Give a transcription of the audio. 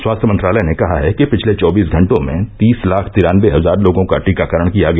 स्वास्थ्य मंत्रालय ने कहा है कि पिछले चौबीस घटों में तीस लाख तिरानबे हजार लोगों का टीकाकरण किया गया